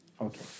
Okay